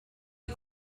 die